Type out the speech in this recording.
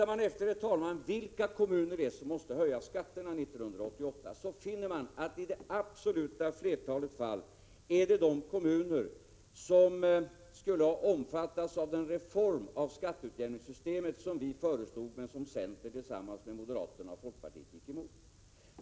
Ser man efter, herr talman, vilka kommuner det är som måste höja skatterna 1988 finner man, att i det absoluta flertalet fall är det de kommuner som skulle ha omfattats av den reform av skatteutjämningssystemet som vi föreslog men som centern tillsammans med moderaterna och folkpartiet gick emot.